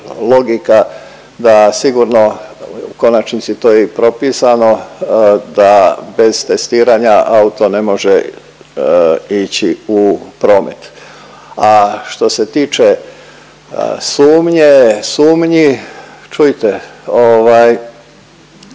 logika da sigurno, u konačnici to je i propisano, da bez testiranja auto ne može ići u promet. A što se tiče sumnje, sumnji čujte, mi